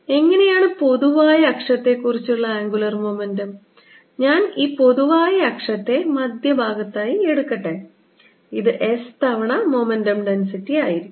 എങ്ങനെയാണ് പൊതുവായ അക്ഷത്തെക്കുറിച്ചുള്ള ആംഗുലർ മൊമെന്റം ഞാൻ ഈപൊതുവായ അക്ഷത്തെ മധ്യഭാഗത്തായി എടുക്കട്ടെ ഇത് s തവണ മൊമെന്റം ഡെൻസിറ്റി ആയിരിക്കും